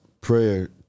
prayer